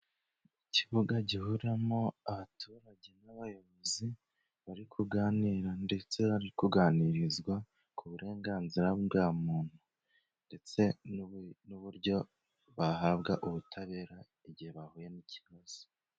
Ikibuga gihuriramo abaturage n'abayobozi bari kuganira, ndetse bari kuganirizwa ku burenganzira bwa muntu. Ndetse n'uburyo bahabwa ubutabera, igihe bahuye n'ikibazo.